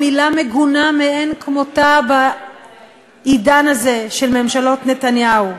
מילה מגונה מאין כמותה בעידן הזה של ממשלות נתניהו.